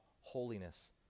holiness